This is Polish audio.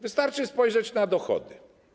Wystarczy spojrzeć na dochody.